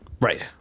Right